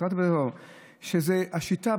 שהשיטה,